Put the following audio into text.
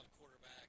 quarterback